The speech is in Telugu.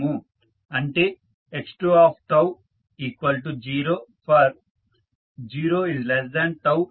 అంటే x20for0τt0